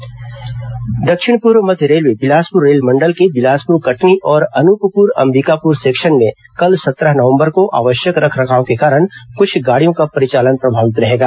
mega block दक्षिण पूर्व मध्य रेलवे बिलासपुर रेलमंडल के बिलासपुर कटनी और अनूपपुर अंबिकापुर सेक्शन में कल सत्रह नवंबर को आवश्यक रखरखाव के कारण कृछ गाड़ियों का परिचालन प्रभावित रहेगा